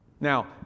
Now